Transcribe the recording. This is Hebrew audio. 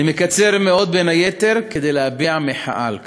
אני מקצר מאוד, בין היתר כדי להביע מחאה על כך.